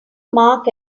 mark